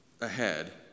ahead